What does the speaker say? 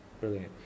Brilliant